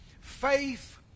faith